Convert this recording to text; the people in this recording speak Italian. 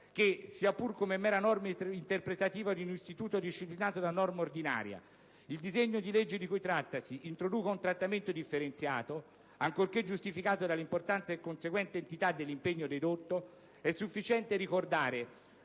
che, sia pur come mera norma interpretativa di un istituto disciplinato da norma ordinaria, il disegno di legge introduca un trattamento differenziato (ancorché giustificato dall'importanza e conseguente entità dell'impegno dedotto), è sufficiente ricordare